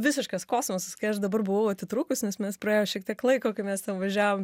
visiškas kosmosas kai aš dabar buvau atitrūkusi nes mes praėjo šiek tiek laiko kai mes ten važiavom